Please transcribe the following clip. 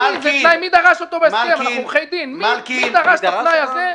מי דרש את התנאי הזה בהסכם?